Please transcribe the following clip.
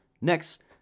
Next